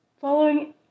Following